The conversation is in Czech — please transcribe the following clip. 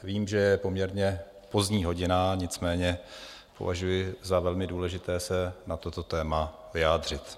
Vím, že je poměrně pozdní hodina, nicméně považuji za velmi důležité se na toto téma vyjádřit.